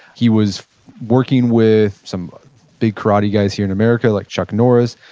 he was working with some big karate guys here in american like chuck norris,